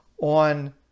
On